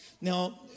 Now